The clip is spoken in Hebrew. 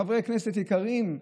חברי הכנסת היקרים,